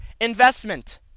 investment